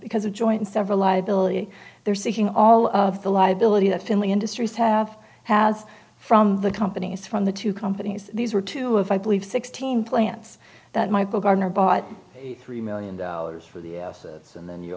because a joint several liability they're seeking all of the lives realty that finley industries have has from the companies from the two companies these were two of i believe sixteen plants that michael garner bought three million dollars for the asses and then you